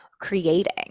creating